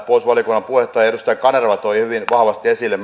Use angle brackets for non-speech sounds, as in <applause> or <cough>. puolustusvaliokunnan puheenjohtaja edustaja kanerva toi hyvin vahvasti esille <unintelligible>